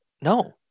no